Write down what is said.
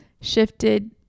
shifted